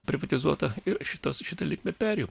privatizuota ir šitos šita linkme perėjo